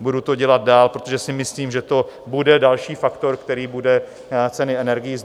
Budu to dělat dál, protože si myslím, že to bude další faktor, který bude ceny energií